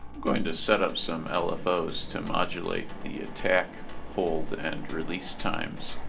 going to set up some lfos to modulate the attack, hold, and release times.